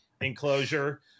enclosure